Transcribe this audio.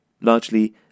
largely